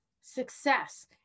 Success